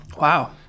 wow